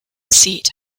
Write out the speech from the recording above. seat